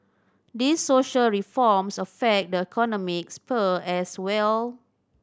these social reforms affect the economic sphere as well